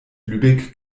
lübeck